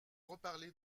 reparler